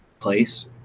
Place